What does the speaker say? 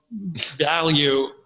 value